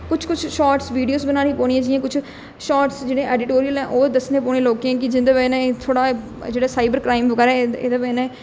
कुछ कुछ shorts video बनानी पौनी जियां कुछ शार्ट्रस जेह्ड़े ऐडीटोरियल ओह् दस्सने पौने लोकें गी जिंदी बजह कन्नै थोह्ड़ा जेह्ड़ा साइबर क्राइम बगैरा एहदी बजह कन्नै